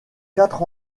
quatre